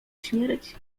śmierć